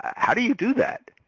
how do you do that?